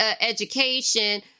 education